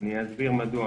אני אסביר מדוע.